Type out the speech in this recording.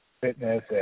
fitness